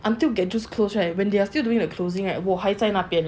when Get Juiced close right when they are still doing the closing right 我还在那边